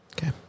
Okay